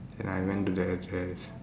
then I went to the address